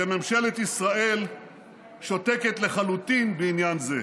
שממשלת ישראל שותקת לחלוטין בעניין זה.